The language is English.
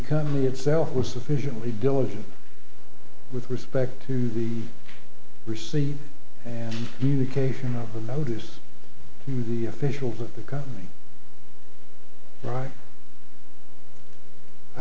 company itself was sufficiently diligent with respect to the receipt and communication of the notice to the officials of the company right i